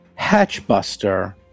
Hatchbuster